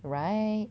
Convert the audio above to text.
right